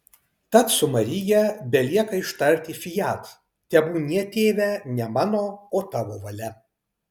tad su marija belieka ištarti fiat tebūnie tėve ne mano o tavo valia